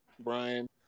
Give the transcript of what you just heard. Brian